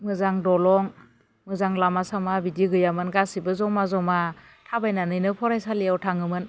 मोजां दलं मोजां लामा सामा बिदि गैयामोन गासिबो जमा जमा थाबायनानैनो फरायसालियाव थाङोमोन